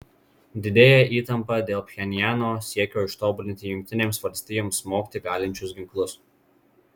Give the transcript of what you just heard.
didėja įtampa dėl pchenjano siekio ištobulinti jungtinėms valstijoms smogti galinčius ginklus